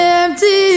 empty